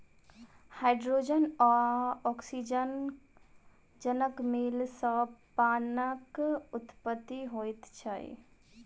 hydrogen आ औक्सीजनक मेल सॅ पाइनक उत्पत्ति होइत छै